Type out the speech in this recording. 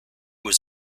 was